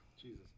Jesus